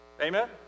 Amen